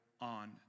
on